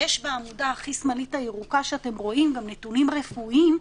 יש בעמודה הכי שמאלית הירוקה שאתם רואים גם נתונים רפואיים,